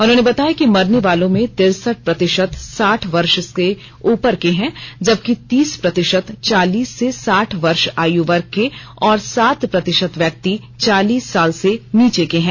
उन्होंने बताया कि मरने वालों में तिरसठ प्रतिशत साठ वर्ष से ऊपर के हैं जबकि तीस प्रतिशत चालीस से साठ वर्ष आयु वर्ग के और सात प्रतिशत व्यनक्ति चालीस साल से नीचे के हैं